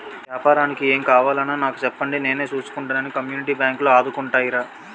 ఏపారానికి ఏం కావాలన్నా నాకు సెప్పండి నేను సూసుకుంటానని కమ్యూనిటీ బాంకులు ఆదుకుంటాయిరా